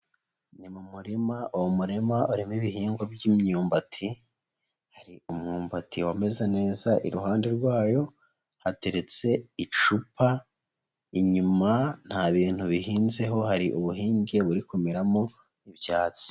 Ni mu murima uwo murima urimo ibihingwa by'imyumbati, hari umyumbati wameze neza, iruhande rwayo hateretse icupa, inyuma nta bintu bihinzeho hari ubuhinge buri kumeramo ibyatsi.